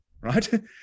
right